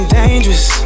dangerous